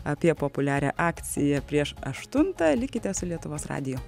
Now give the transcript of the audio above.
apie populiarią akciją prieš aštuntą likite su lietuvos radiju